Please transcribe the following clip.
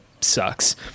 sucks